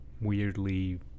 weirdly